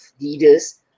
leaders